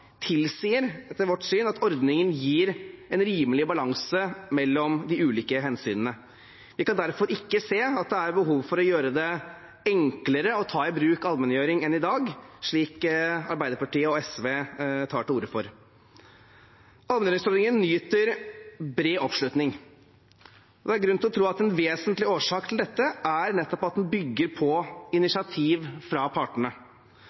tilsier etter vårt syn at ordningen gir en rimelig balanse mellom de ulike hensynene. Vi kan derfor ikke se at det er behov for å gjøre det enklere å ta i bruk allmenngjøring enn i dag, slik Arbeiderpartiet og SV tar til orde for. Allmenngjøringsordningen nyter bred oppslutning. Det er grunn til å tro at en vesentlig årsak til dette er nettopp at den bygger på initiativ fra partene.